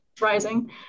rising